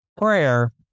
prayer